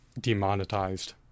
demonetized